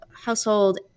household